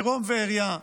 ערום ועריה,